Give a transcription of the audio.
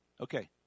Okay